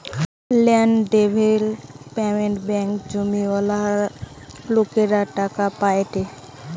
land development ব্যাঙ্কে জমিওয়ালা লোকরা টাকা পায়েটে